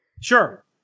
Sure